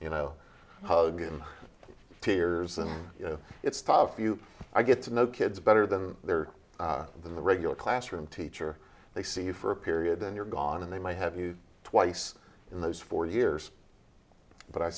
you know hug and tears and you know it's tough you get to know kids better than there are in the regular classroom teacher they see you for a period and you're gone and they might have you twice in those four years but i